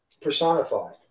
personified